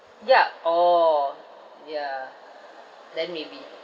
ya orh ya then maybe